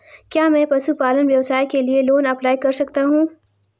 क्या मैं पशुपालन व्यवसाय के लिए लोंन अप्लाई कर सकता हूं?